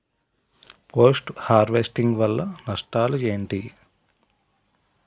Post harvesting వల్ల నష్టాలు ఏంటి?